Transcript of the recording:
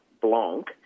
Blanc